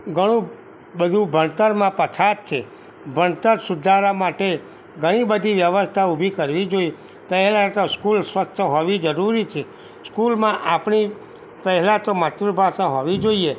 ઘણું બધું ભણતરમાં પછાત છે ભણતર સુધારવા માટે ઘણીબધી વ્યવસ્થા ઊભી કરવી જોઈએ પહેલાં તો સ્કૂલ સ્વચ્છ હોવી જરૂરી છે સ્કૂલમાં આપણી પહેલાં તો માતૃભાષા હોવી જોઈએ